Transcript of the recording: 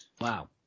Wow